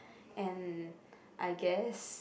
and I guess